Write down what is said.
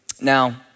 Now